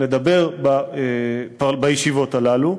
לדבר בישיבות האלה,